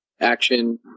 action